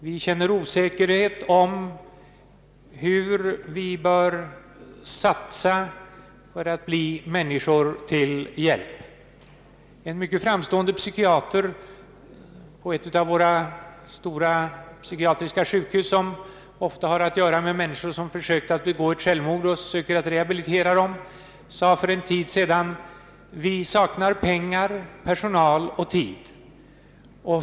Vi känner osäkerhet om hur vi bör satsa för att bli människor till hjälp. En mycket framstående psykiater på ett av våra stora psykiatriska sjukhus, som ofta har att göra med människor som försökt att begå självmord och som söker rehabilitera dem, sade för en tid sedan: Vi saknar pengar, personal och tid.